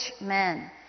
men